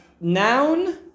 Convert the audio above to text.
noun